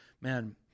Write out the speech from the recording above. man